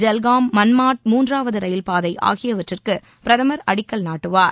ஜல்கான் மன்மாட் மூன்றாவது ரயில் பாதை ஆகியவற்றுக்கு பிரதமர் அடிக்கல் நாட்டுவார்